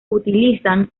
utilizan